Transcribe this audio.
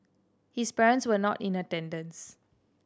his parents were not in attendance